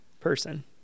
Person